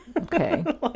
Okay